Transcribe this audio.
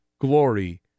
glory